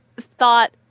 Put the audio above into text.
thought